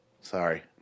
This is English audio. Sorry